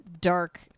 dark